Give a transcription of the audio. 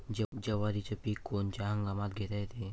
जवारीचं पीक कोनच्या हंगामात घेता येते?